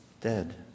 dead